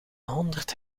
honderd